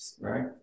Right